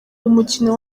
umukino